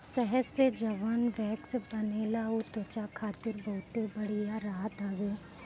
शहद से जवन वैक्स बनेला उ त्वचा खातिर बहुते बढ़िया रहत हवे